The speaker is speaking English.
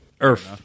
Earth